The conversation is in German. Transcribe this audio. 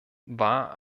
war